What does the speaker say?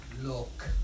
Look